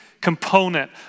component